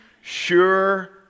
sure